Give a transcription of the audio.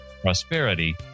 prosperity